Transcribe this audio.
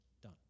done